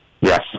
yes